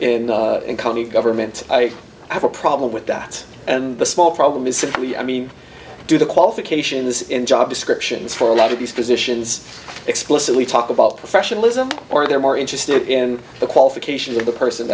professionals in county government i have a problem with that and the small problem is simply i mean do the qualifications and job descriptions for a lot of these positions explicitly talk about professionalism or they're more interested in the qualifications of the person